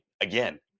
again